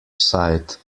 side